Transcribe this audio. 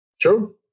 True